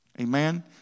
Amen